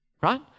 right